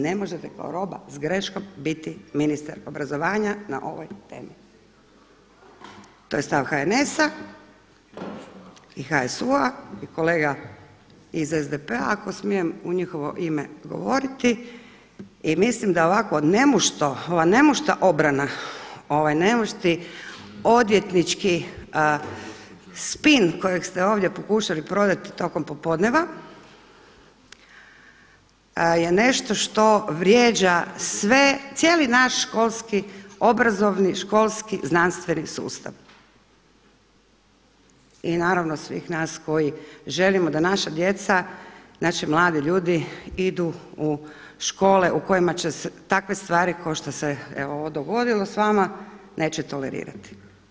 Ne možete kao roba s greškom biti ministar obrazovanja na ovoj temi to je stav HNS-a i HSU-a i kolege iz SDP-a ako smijem u njihovo ime govoriti i mislim da ovakvo nemošto, ovakva nemošta obrana, nemošti odvjetnički spin kojeg ste ovdje pokušali prodati tokom popodnevna je nešto što vrijeđa sve, cijeli naš školski, obrazovni, školski, znanstveni sustav i naravno svih nas koji želimo da naša djeca, naši mladi ljudi idu u škole u kojima će se takve stvari kao što se ovo dogodilo s vama neće tolerirati.